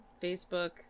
Facebook